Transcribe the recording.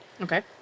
Okay